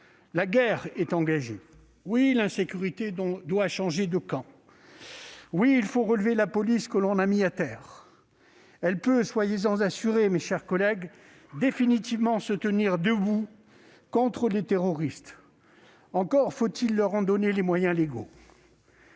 la guerre était engagée. Oui, l'insécurité doit changer de camp ! Oui, il faut relever la police que l'on a mise à terre. Elle peut, soyez-en assurés, mes chers collègues, se tenir définitivement debout contre les terroristes, à condition de lui en donner les moyens légaux.